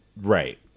Right